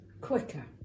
quicker